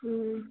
ಹ್ಞೂ